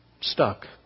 stuck